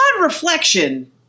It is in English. reflection